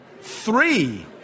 Three